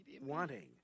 wanting